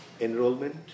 Enrollment